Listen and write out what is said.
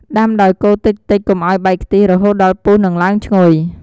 ដាំដោយកូរតិចៗកុំឱ្យបែកខ្ទិះ រហូតដល់ពុះនិងឡើងឈ្ងុយ។